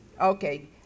Okay